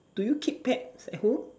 do you keep pets at home